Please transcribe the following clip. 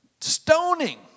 Stoning